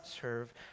serve